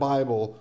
Bible